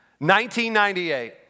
1998